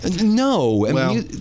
No